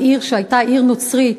העיר שהייתה עיר נוצרית,